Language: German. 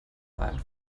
ein